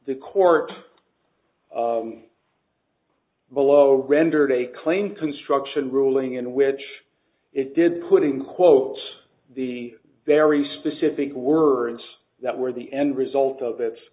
the court below rendered a claim construction ruling in which it did putting quotes the very specific words that were the end result of its